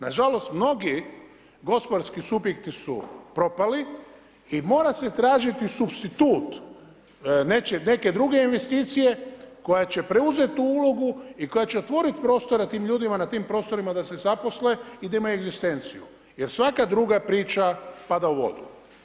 Nažalost, mnogi gospodarski subjekti su propali i mora se tražiti supstitut neke druge investicije koja će preuzeti tu ulogu i koja će otvoriti prostora tim ljudima na tim prostorima da se zaposle i gdje imaju egzistenciju jer svaka druga priča pada u vodu.